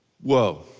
Whoa